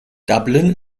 dublin